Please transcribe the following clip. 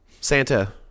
Santa